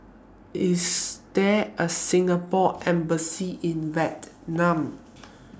IS There A Singapore Embassy in Vietnam